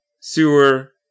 sewer